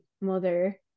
mother